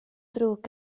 ddrwg